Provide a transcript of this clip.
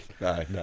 No